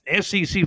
SEC